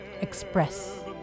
express